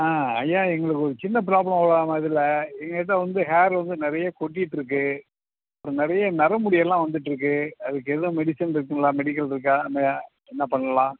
ஆ ஐயா எங்களுக்கு ஒரு சின்ன ப்ராப்ளம் ஒரு ஆமாம் இதில் எங்கிட்ட வந்து ஹேர் வந்து நிறைய கொட்டிட்ருக்கு அப்புறம் நிறைய நர முடியெல்லாம் வந்துட்டுருக்கு அதுக்கு எதுவும் மெடிசன் இருக்குங்களா மெடிக்கல் இருக்கா ம என்ன பண்ணலாம்